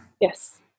Yes